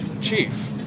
chief